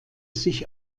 sich